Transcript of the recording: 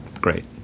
great